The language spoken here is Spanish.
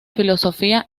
filosofía